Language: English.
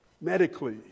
medically